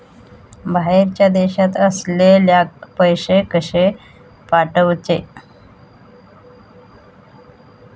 बाहेरच्या देशात असलेल्याक पैसे कसे पाठवचे?